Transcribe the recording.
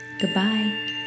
Goodbye